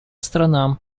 сторонам